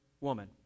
woman